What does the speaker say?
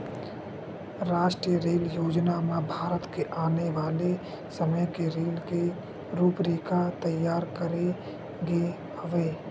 रास्टीय रेल योजना म भारत के आने वाले समे के रेल के रूपरेखा तइयार करे गे हवय